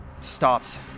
stops